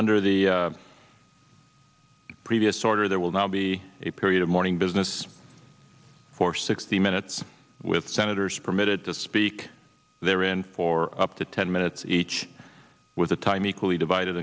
under the previous order there will now be a period of morning business for sixty minutes with senators permitted to speak their in for up to ten minutes each with the time equally divided